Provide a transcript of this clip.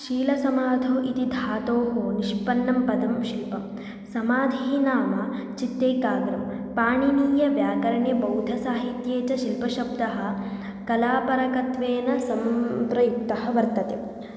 शीलसमाधौ इति धातोः निष्पन्नं पदं शिल्पं समाधिः नाम चित्तैकाग्र्यं पाणिनीयव्याकरणे बौद्धसाहित्ये च शिल्पशब्दः कलापरकत्वेन सम्प्रयुक्तः वर्तते